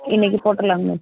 இன்றைக்கி போட்ருலாங்க மேம்